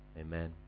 amen